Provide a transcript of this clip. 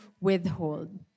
withhold